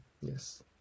yes